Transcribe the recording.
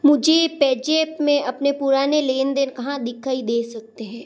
मुझे पैज़ेप में अपने पुराने लेन देन कहाँ दिखाई दे सकते हैं